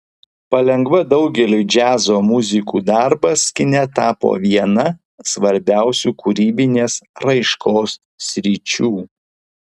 palengva daugeliui džiazo muzikų darbas kine tapo viena svarbiausių kūrybinės raiškos sričių